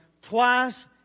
twice